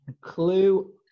clue